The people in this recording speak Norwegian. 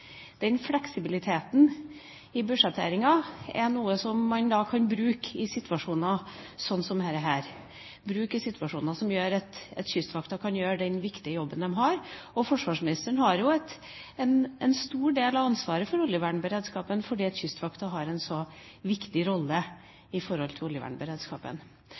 fleksibiliteten i budsjetteringen er noe som man kan bruke i situasjoner som denne, som gjør at Kystvakten kan gjøre den viktige jobben den har. Forsvarsministeren har jo en stor del av ansvaret for oljevernberedskapen fordi Kystvakten har en så viktig rolle i